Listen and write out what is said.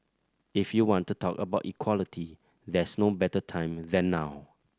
if you want to talk about equality there's no better time than now